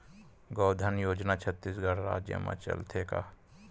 गौधन योजना छत्तीसगढ़ राज्य मा चलथे का?